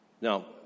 now